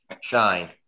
Shine